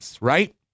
right